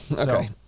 Okay